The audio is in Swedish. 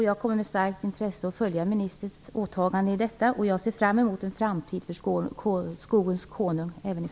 Jag kommer med starkt intresse att följa ministerns agerande i den här frågan, och jag ser fram emot en framtid för skogens konung.